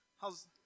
How's